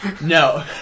no